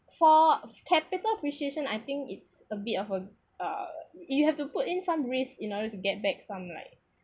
for capital appreciation I think it's a bit of a uh you have to put in some risk in order to get back some like